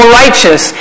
righteous